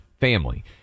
family